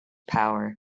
power